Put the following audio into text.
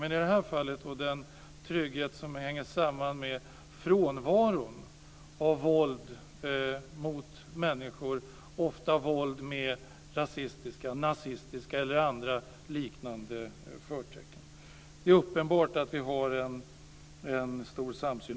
Men i det här fallet gäller det den trygghet som hänger samman med frånvaron av våld mot människor, ofta våld med rasistiska, nazistiska eller våld med andra liknande förtecken. Det är uppenbart att vi har en stor samsyn.